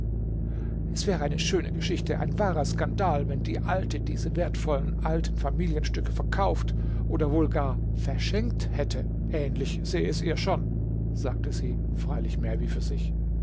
es wäre eine schöne geschichte ein wahrer skandal wenn die alte diese wertvollen alten familienstücke verkauft oder wohl gar verschenkt hätte ähnlich sähe es ihr schon sagte sie freilich mehr wie für sich